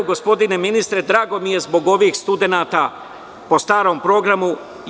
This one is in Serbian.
Gospodine ministre, drago mi je zbog ovih studenata po starom programu.